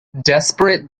desperate